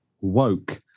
woke